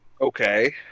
Okay